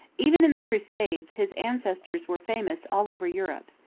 even in the crusades his ancestors were famous all over europe.